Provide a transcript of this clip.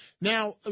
Now